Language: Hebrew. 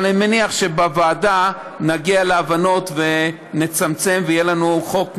אבל אני מניח שבוועדה נגיע להבנות ונצמצם ויהיה לנו חוק מאוחד.